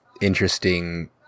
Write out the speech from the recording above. interesting